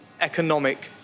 economic